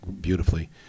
beautifully